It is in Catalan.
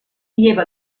lleva